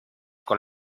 con